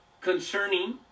concerning